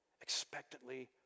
expectantly